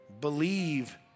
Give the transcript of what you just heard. Believe